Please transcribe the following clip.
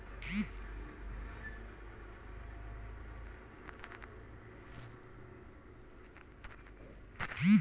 सरकार सरकारी स्तर पर बहुत सनी योजना लगी बजट से फंडिंग करऽ हई